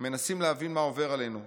מנסים להבין מה עובר עלינו,